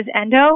endo